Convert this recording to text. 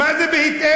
מה זה "בהתאם"?